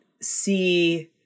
see